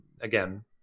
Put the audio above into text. again